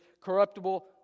corruptible